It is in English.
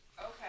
Okay